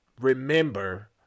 remember